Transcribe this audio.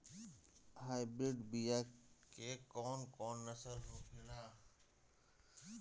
Hybrid बीया के कौन कौन नस्ल होखेला?